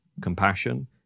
Compassion